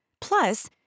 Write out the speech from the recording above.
Plus